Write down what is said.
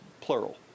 plural